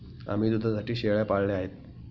आम्ही दुधासाठी शेळ्या पाळल्या आहेत